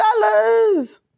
dollars